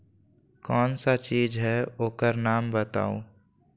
कौन सा चीज है ओकर नाम बताऊ?